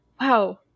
wow